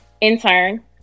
intern